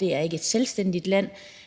Det er ikke et selvstændigt land,